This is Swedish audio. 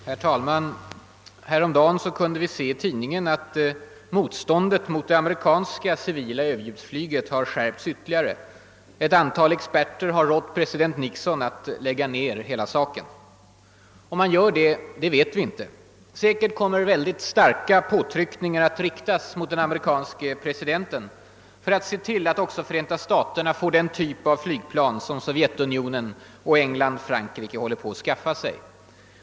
Herr talman! Häromdagen kunde vi se i tidningen att motståndet mot det amerikanska civila överljudsflyget har skärpts vtterligare. Ett antal experter har rått president Nixon att lägga ner hela saken. Om han gör det vet vi inte. Säkerligen kommer starka påtryckningar att riktas mot den amerikanske presidenten för att se till att också Förenta staterna får den typ av flygplan som Sovjetunionen och England-Frankrike håller på att skaffa sig.